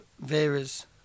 Vera's